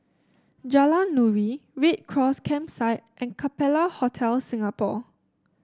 Jalan Nuri Red Cross Campsite and Capella Hotel Singapore